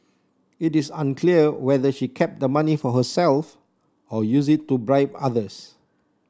it is unclear whether she kept the money for herself or used it to bribe others